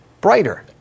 brighter